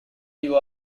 you